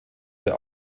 der